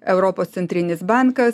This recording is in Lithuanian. europos centrinis bankas